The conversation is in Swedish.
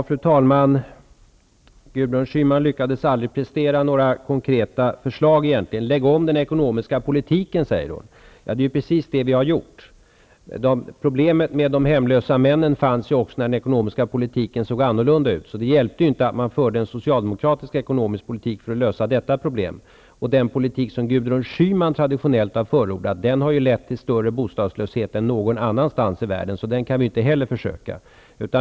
Fru talman! Gudrun Schyman lyckades egentligen aldrig prestera några konkreta förslag. Lägg om den ekonomiska politiken, säger hon. Det är ju precis det som vi har gjort. Problemet med de hemlösa männen fanns även när den ekonomiska politiken såg annorlunda ut. Det hjälpte ju inte att man förde en socialdemokratisk ekonomisk politik för att lösa detta problem. Den politik som Gudrun Schyman traditionellt har förordat har ju lett till större bostadslöshet än någon annanstans i världen. Så den kan vi ju inte heller försöka föra.